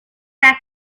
tasa